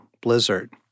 blizzard